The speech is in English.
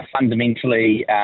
fundamentally